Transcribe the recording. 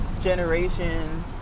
generation